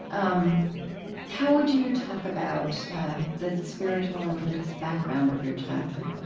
um how would you talk about the spiritual or religious background of your childhood?